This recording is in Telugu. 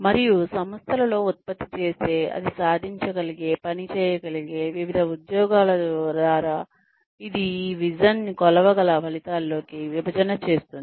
మరియు సంస్థలలో ఉత్పత్తి చేసే అది సాధించగలిగే పని చేయగలిగె వివిధ ఉద్యోగుల ద్వారా ఇది ఈ విజన్ ని కొలవగల ఫలితాల్లోకి విభజన చేస్తుంది